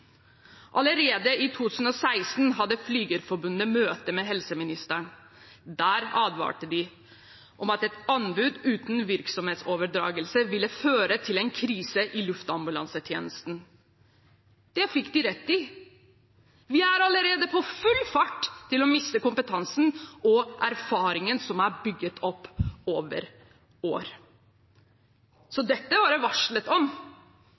Allerede i 2016 hadde Flygerforbundet møte med helseministeren. Der advarte de om at et anbud uten virksomhetsoverdragelse ville føre til en krise i luftambulansetjenesten. Det fikk de rett i. Vi er allerede på full fart til å miste kompetansen og erfaringen som er bygd opp over år. Dette er det varslet om.